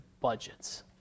budgets